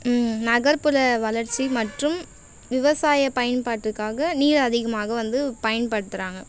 ம் நகர்ப்புற வளர்ச்சி மற்றும் விவசாய பயன்பாட்டுக்காக நீர் அதிகமாக வந்து பயன்படுத்துகிறாங்க